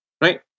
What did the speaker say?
right